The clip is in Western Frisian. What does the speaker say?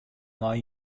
nei